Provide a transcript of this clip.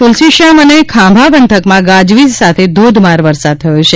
તુલસીશ્યામ અને ખાંભા પંથકમાં ગાજવીજ સાથે ધોધમાર વરસાદ થયો છે